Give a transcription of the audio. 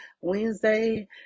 Wednesday